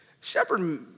Shepherd